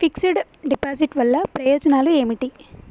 Fix డ్ deposit వల్ల ప్రయోజనాలు ఏమిటి?